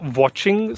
watching